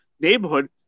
neighborhood